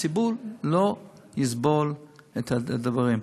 הציבור לא יסבול את הדברים.